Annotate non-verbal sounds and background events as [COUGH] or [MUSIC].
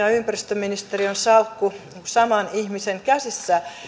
[UNINTELLIGIBLE] ja ympäristöministeriön salkku saman ihmisen käsissä